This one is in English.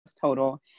total